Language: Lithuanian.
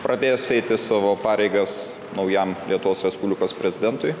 pradės eiti savo pareigas naujam lietuvos respublikos prezidentui